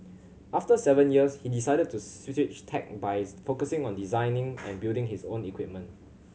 after seven years he decided to switch tack by focusing on designing and building his own equipment